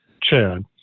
chad